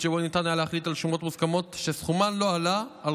שבו היה ניתן להחליט על שומות מוסכמות שסכומן לא עלה על